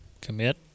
commit